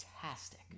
fantastic